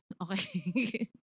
Okay